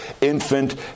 infant